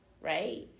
Right